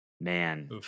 man